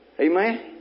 Amen